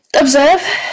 observe